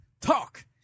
Talk